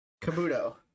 Kabuto